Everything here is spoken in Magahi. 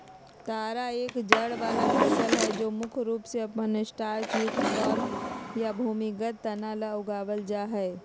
तारा एक जड़ वाला फसल हई जो मुख्य रूप से अपन स्टार्चयुक्त कॉर्म या भूमिगत तना ला उगावल जाहई